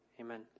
Amen